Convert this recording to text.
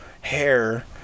hair